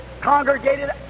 congregated